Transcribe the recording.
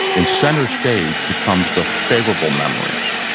and center stage becomes the favorable memories.